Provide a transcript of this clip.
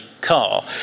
car